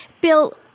Bill